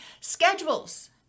Schedules